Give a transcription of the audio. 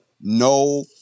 no